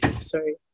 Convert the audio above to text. sorry